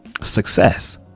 success